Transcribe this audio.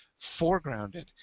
foregrounded